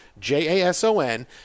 J-A-S-O-N